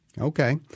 Okay